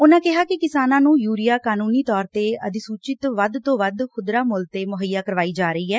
ਉਨਾਂ ਕਿਹਾ ਕਿ ਕਿਸਾਨਾਂ ਨੂੰ ਯੁਰੀਆ ਕਾਨੂੰਨੀ ਤੌਰ ਤੇ ਅਤਿਸੁਚਿਤ ਵੱਧ ਤੋਂ ਵੱਧ ਖੁਦਰਾ ਮੁੱਲ ਤੇ ਮੁਹੱਈਆ ਕਰਵਾਈ ਜਾ ਰਹੀ ਏ